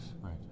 Right